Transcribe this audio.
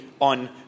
on